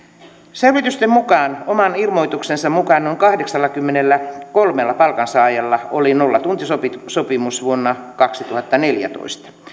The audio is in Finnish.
selvitysten mukaan oman ilmoituksensa mukaan noin kahdeksallakymmenelläkolmellatuhannella palkansaajalla oli nollatuntisopimus vuonna kaksituhattaneljätoista